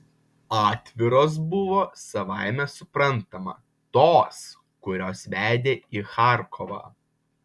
atviros buvo savaime suprantama tos kurios vedė į charkovą